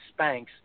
Spanx